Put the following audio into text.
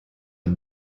are